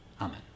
Amen